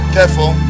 Careful